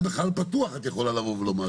גם בחלל פתוח את יכולה לומר את זה.